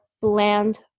bland